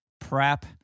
prep